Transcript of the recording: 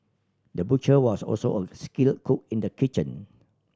the butcher was also a skilled cook in the kitchen